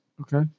Okay